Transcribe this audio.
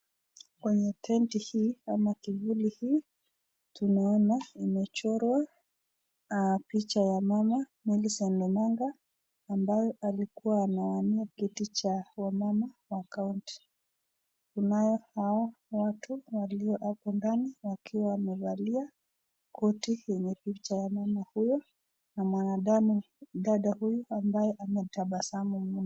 Kenye tenti hii ama kivuli hii, tunaona imeshorwa picha ya mama Milicebt Omanga ambaye alikuwa anauania kiti cha wamama wa kaunti, kunao watu waliohapo ndani wakiwa wamevalia koti ya mama huyu na mwandada huyu ambaye anatabasamu mno.